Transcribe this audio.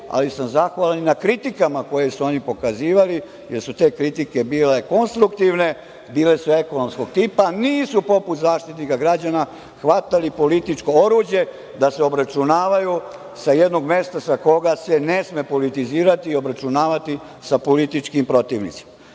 ali sam zahvalan i na kritikama koje su oni pokazivali, jer su te kritike bile konstruktivne, bile su ekonomskog tipa. Nisu, poput Zaštitnika građana, hvatali političko oruđe da se obračunavaju, sa jednog mesta sa koga se ne sme politizirati i obračunavati sa političkim protivnicima. Agencija